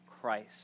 Christ